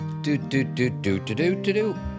Do-do-do-do-do-do-do-do